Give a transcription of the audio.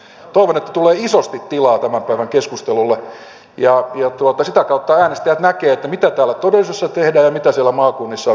toivon että tulee isosti tilaa tämän päivän keskustelulle ja sitä kautta äänestäjät näkevät mitä täällä todellisuudessa tehdään ja mitä siellä maakunnissa on sitten puhuttu